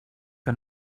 que